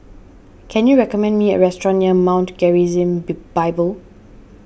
can you recommend me a restaurant near Mount Gerizim B Bible